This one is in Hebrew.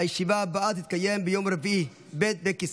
אני קובע כי הצעת חוק הארכת תקופות (הוראת שעה,